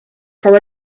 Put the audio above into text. for